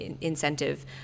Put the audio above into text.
incentive